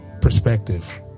perspective